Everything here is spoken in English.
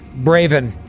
Braven